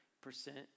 percent